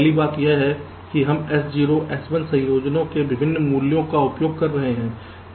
पहली बात यह है कि हम S0 S1 संयोजनों के विभिन्न मूल्यों का उपयोग कर रहे हैं